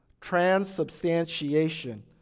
Transubstantiation